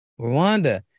Rwanda